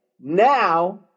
Now